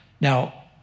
Now